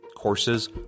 courses